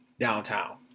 downtown